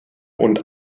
und